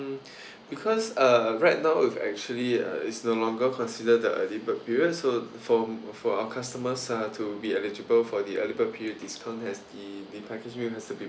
mm because uh right now it actually uh it's no longer consider the early bird period so for for our customers uh to be eligible for the early bird period discount has the the package deal has to been